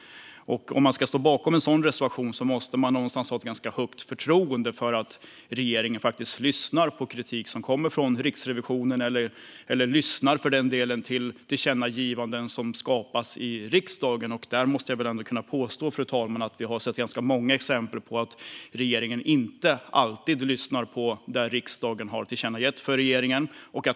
Ska man stå bakom en sådan reservation måste man ha ett ganska högt förtroende för att regeringen faktiskt lyssnar på kritik som kommer från Riksrevisionen och på tillkännagivanden från riksdagen. Där vill jag ändå påstå att vi har sett ganska många exempel på att regeringen inte alltid lyssnar på det riksdagen har tillkännagett för regeringen.